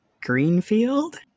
Greenfield